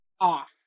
off